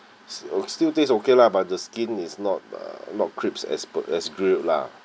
still taste okay lah but the skin is not uh not crisps as per as grilled lah